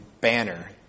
banner